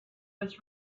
was